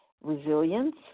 resilience